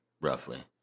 Roughly